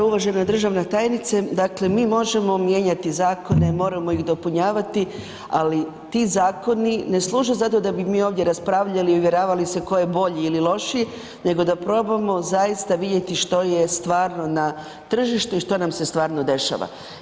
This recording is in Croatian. Uvažena državna tajnice, dakle mi možemo mijenjati zakone, moramo ih dopunjavati ali ti zakoni ne služe za to da bi mi ovdje raspravljali i uvjeravali se tko je bolji ii lošiji nego da probamo zaista vidjeti što je stvarno na tržištu i što nam se stvarno dešava.